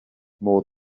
more